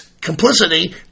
complicity